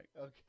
Okay